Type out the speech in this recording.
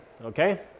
okay